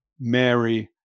Mary